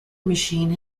machine